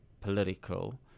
political